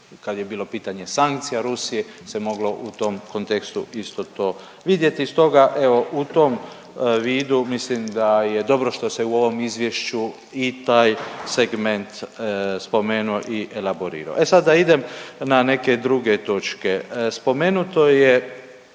kad je bilo pitanje sankcija Rusije se moglo u tom kontekstu isto to vidjeti. Stoga evo u tom vidu mislim da je dobro što se u ovom izvješću i taj segment spomenuo i elaborirao. E sada idem na neke druge točke. Spomenuto je